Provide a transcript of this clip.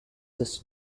this